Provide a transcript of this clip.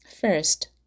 First